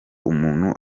umuntu